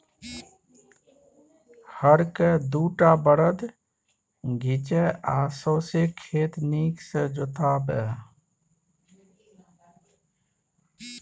हर केँ दु टा बरद घीचय आ सौंसे खेत नीक सँ जोताबै